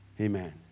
Amen